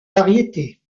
variété